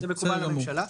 זה מקובל על הממשלה.